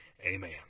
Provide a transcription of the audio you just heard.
Amen